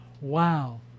Wow